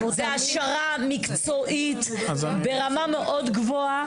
זה העשרה מקצועית ברמה מאוד גבוהה.